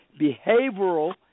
behavioral